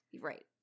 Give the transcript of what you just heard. Right